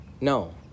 No